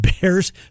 Bears